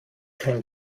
kein